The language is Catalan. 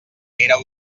era